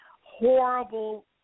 horrible